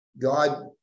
God